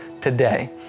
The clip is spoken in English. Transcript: today